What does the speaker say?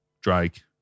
Drake